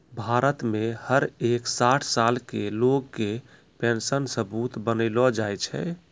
भारत मे हर एक साठ साल के लोग के पेन्शन सबूत बनैलो जाय छै